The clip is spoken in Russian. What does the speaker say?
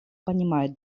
понимают